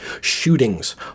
Shootings